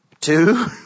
Two